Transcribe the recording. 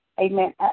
Amen